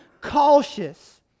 cautious